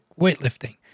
weightlifting